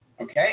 Okay